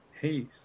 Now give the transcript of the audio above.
Hey